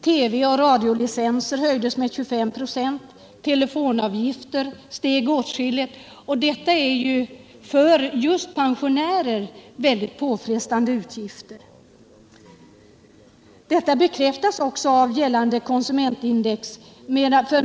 TV och radiolicenser höjdes med 25 96 och telefonavgifterna ökade åtskilligt. Detta är just för pensionärer mycket påfrestande utgifter. Detta bekräftas också av gällande konsumentprisindex.